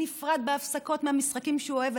נפרד בהפסקות מהמשחקים שהוא אוהב,